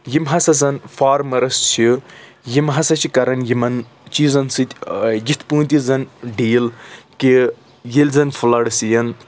یم ہَسا زن فارمٲرٕس چھِ یم ہسا چھِ کَران یمن چیٖزَن سۭتۍ یِتھٕ پٲ تہِ زن ڈیٖل کہِ ییٚلہِ زن فُلڈس یِن